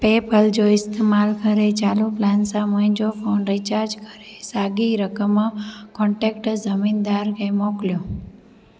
पे पल जो इस्तेमाल करे चालू प्लान सां मुंहिंजो फ़ोन रीचार्ज कर ऐं साॻिई रक़म कोन्टेक्ट ज़मींदारु खे मोकिलियो